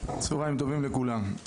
צהריים טובים לכולם.